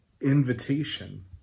invitation